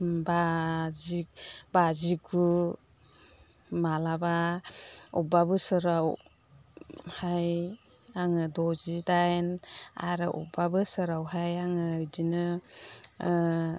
बाजि बाजिगु मालाबा अब्बा बोसोरावहाय आङो द'जि दाइन आरो अब्बा बोसोरावहाय आङो बिदिनो